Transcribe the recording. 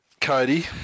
Cody